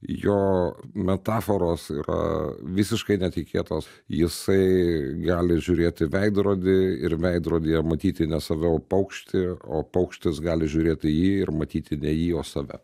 jo metaforos yra visiškai netikėtos jisai gali žiūrėt į veidrodį ir veidrodyje matyti ne save o paukštį o paukštis gali žiūrėt į jį ir matyti ne jį o save